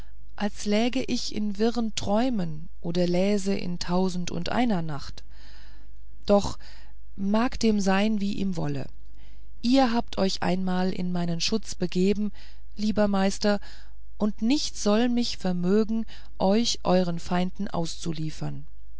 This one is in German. als läge ich in wirren träumen oder läse in tausendundeiner nacht doch mag dem sein wie ihm wolle ihr habt euch einmal in meinen schutz begeben lieber meister und nichts soll mich vermögen euch euern feinden auszuliefern